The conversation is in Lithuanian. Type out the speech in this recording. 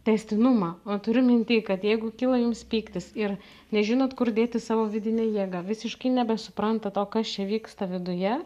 tęstinumą o turiu minty kad jeigu kyla jums pyktis ir nežinot kur dėti savo vidinę jėgą visiškai nebesuprantat o kas čia vyksta viduje